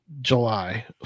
July